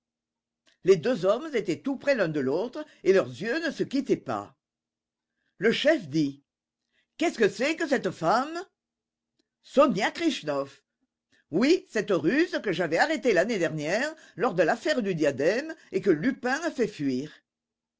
les deux hommes étaient tout près l'un de l'autre et leurs yeux ne se quittaient pas le chef dit qu'est-ce que c'est que cette femme sonia krichnoff oui cette russe que j'avais arrêtée l'année dernière lors de l'affaire du diadème et que lupin a fait fuir